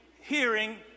hearing